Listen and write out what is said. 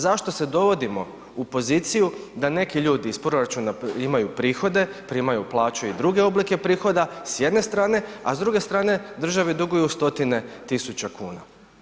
Zašto se dovodimo u poziciju da neki ljudi iz proračuna imaju prihode, primaju plaću i druge oblike prihoda s jedne strane, a s druge strane državi duguju stotine tisuća kuna?